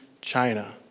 China